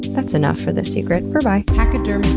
that's enough for this secret. berbye. and